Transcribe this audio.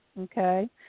okay